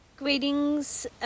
Greetings